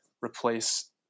replace